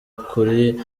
kuri